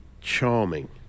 Charming